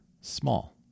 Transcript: small